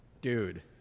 dude